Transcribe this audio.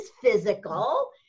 physical